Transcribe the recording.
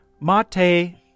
Mate